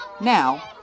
Now